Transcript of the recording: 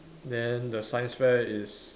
then the science fair is